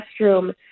restroom